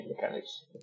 mechanics